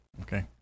Okay